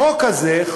החוק הזה,